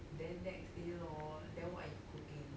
then next day lor then what are you cooking